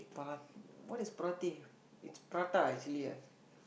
para~ what is paratay it's prata actually right